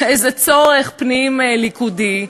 זה צורך פנים-ליכודי,